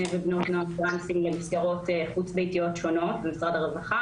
ובנות נוער טרנסים למסגרות חוץ ביתיות שונות - משרד הרווחה,